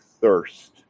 thirst